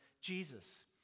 Jesus